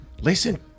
Listen